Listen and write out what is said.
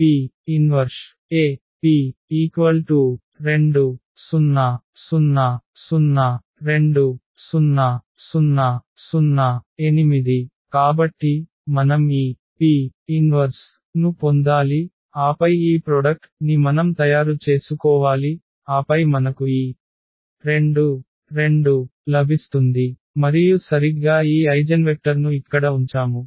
P 1AP 2 0 0 0 2 0 0 0 8 కాబట్టి మనం ఈ P 1 ను పొందాలి ఆపై ఈ ఉత్పత్తి ని మనం తయారు చేసుకోవాలి ఆపై మనకు ఈ 2 2 లభిస్తుంది మరియు సరిగ్గా ఈ ఐగెన్వెక్టర్ను ఇక్కడ ఉంచాము